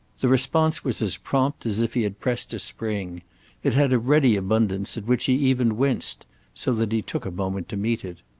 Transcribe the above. the response was as prompt as if he had pressed a spring it had a ready abundance at which he even winced so that he took a moment to meet it.